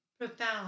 profound